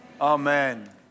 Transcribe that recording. Amen